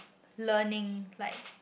learning like